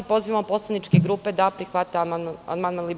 Pozivamo poslaničke grupe da prihvate amandman LDP.